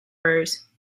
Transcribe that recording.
rose